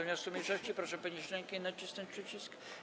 wniosku mniejszości, proszę podnieść rękę i nacisnąć przycisk.